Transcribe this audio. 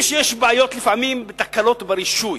אומר לך, אדוני היושב-ראש: